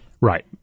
right